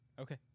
okay